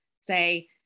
say